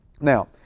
Now